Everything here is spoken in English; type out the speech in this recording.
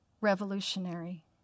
revolutionary